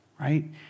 right